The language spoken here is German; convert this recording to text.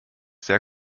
sehr